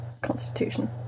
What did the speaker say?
constitution